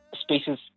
spaces